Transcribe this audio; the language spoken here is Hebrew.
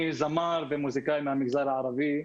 אני זמר ומוסיקאי מהמגזר הערבי.